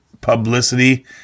publicity